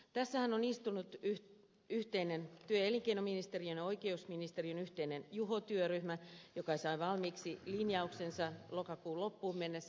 tässähän on istunut työ ja elinkeinoministeriön ja oikeusministeriön yhteinen juho työryhmä joka sai valmiiksi linjauksensa lokakuun loppuun mennessä